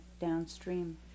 downstream